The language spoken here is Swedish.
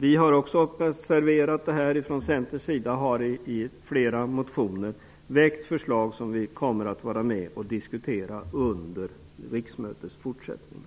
Vi har också från Centerns sida observerat detta och har i flera motioner väckt förslag som vi kommer att diskutera under riksmötets fortsättning.